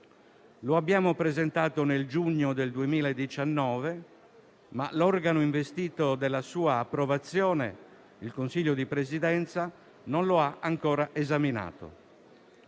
Lo abbiamo presentato nel giugno 2019, ma l'organo investito della sua approvazione, il Consiglio di Presidenza, non lo ha ancora esaminato.